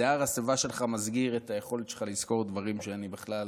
שיער השיבה שלך מסגיר את היכולת שלך לזכור דברים שאני בכלל,